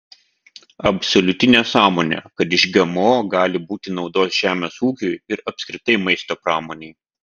absoliuti nesąmonė kad iš gmo gali būti naudos žemės ūkiui ir apskritai maisto pramonei